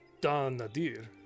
Danadir